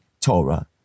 Torah